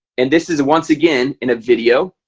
and this is once again in a video